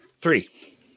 Three